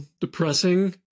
depressing